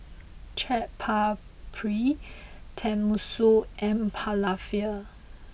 Chaat Papri Tenmusu and Falafel